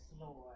Lord